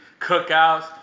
cookouts